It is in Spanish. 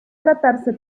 tratarse